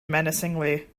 menacingly